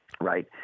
Right